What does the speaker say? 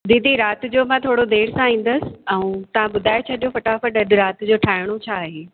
दीदी राति जो मां थोरो देरि सां ईन्दसि ऐं तव्हां ॿुधाए छॾियो फ़टाफ़ट अॼु ठाहिणो छा आहे